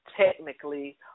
technically